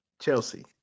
chelsea